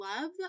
love